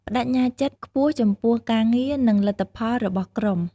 ប្តេជ្ញាចិត្តខ្ពស់ចំពោះការងារ និងលទ្ធផលរបស់ក្រុម។